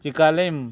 Chicalim